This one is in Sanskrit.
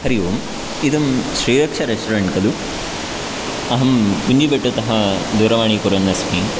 हरि ओम् इदं श्रीरक्षा रेस्टोरेण्ट् खलु अहं कुञ्जिबेट्टुतः दूरवाणी कुर्वन्नस्मि